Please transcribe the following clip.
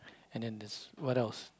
and then there's what else